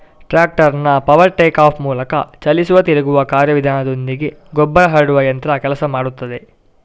ಟ್ರಾಕ್ಟರ್ನ power take off ಮೂಲಕ ಚಲಿಸುವ ತಿರುಗುವ ಕಾರ್ಯ ವಿಧಾನದೊಂದಿಗೆ ಗೊಬ್ಬರ ಹರಡುವ ಯಂತ್ರ ಕೆಲಸ ಮಾಡ್ತದೆ